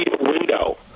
window